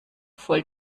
voll